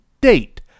date